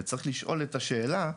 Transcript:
וצריך לשאול את השאלה,